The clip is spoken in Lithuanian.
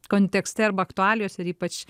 kontekste arba aktualijose ir ypač